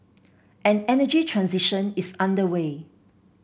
an energy transition is underway